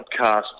podcast